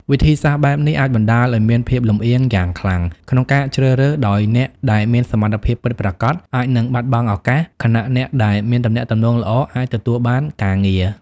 វិធីសាស្ត្របែបនេះអាចបណ្ដាលឲ្យមានភាពលំអៀងយ៉ាងខ្លាំងក្នុងការជ្រើសរើស ដោយអ្នកដែលមានសមត្ថភាពពិតប្រាកដអាចនឹងបាត់បង់ឱកាស ខណៈអ្នកដែលមានទំនាក់ទំនងល្អអាចទទួលបានការងារ។